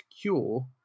cure